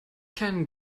can